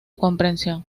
comprensión